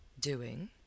Doing